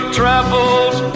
travels